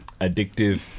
Addictive